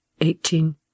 eighteen